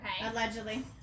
Allegedly